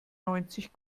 neunzig